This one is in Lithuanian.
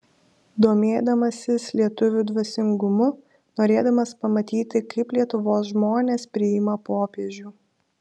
domėdamasis lietuvių dvasingumu norėdamas pamatyti kaip lietuvos žmonės priima popiežių